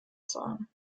zahlen